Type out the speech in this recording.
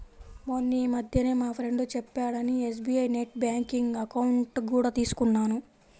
మొన్నీమధ్యనే మా ఫ్రెండు చెప్పాడని ఎస్.బీ.ఐ నెట్ బ్యాంకింగ్ అకౌంట్ కూడా తీసుకున్నాను